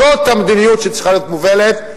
זאת המדיניות שצריכה להיות מובלת,